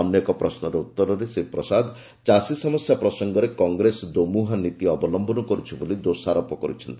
ଅନ୍ୟ ଏକ ପ୍ରଶ୍ୱର ଉତ୍ତରରେ ଶ୍ରୀ ପ୍ରସାଦ ଚାଷୀ ସମସ୍ୟା ପ୍ରସଙ୍ଗରେ କଂଗ୍ରେସ ଦୋମୁହାଁନୀତି ଅବଲମ୍ପନ କରୁଛି ବୋଲି ଦୋଷାରୋପ କରୁଛନ୍ତି